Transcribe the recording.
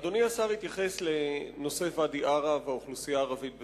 אדוני השר התייחס לנושא ואדי-עארה והאוכלוסייה הערבית בוואדי-עארה.